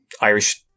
Irish